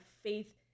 faith